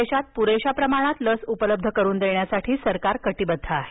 देशात पुरेशा प्रमाणात लस उपलब्ध करून देण्यासाठी सरकार कटिबद्ध आहे